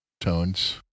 tones